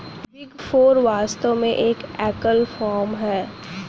big four वास्तव में एक एकल फर्म है